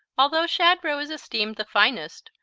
although shad roe is esteemed the finest,